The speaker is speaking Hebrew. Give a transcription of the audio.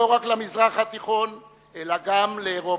לא רק למזרח התיכון אלא גם לאירופה.